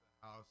house